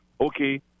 okay